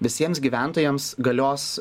visiems gyventojams galios